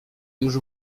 już